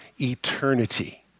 eternity